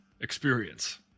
experience